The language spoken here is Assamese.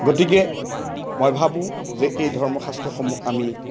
গতিকে মই ভাবোঁ যে এই ধৰ্মশাস্ত্ৰসমূহ আমি